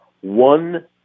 One